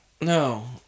No